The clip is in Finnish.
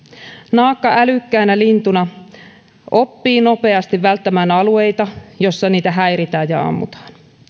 naakka älykkäänä lintuna oppii nopeasti välttämään alueita joilla niitä häiritään ja ammutaan